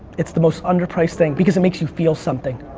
it's the most under-priced thing because it makes you feel something.